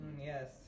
Yes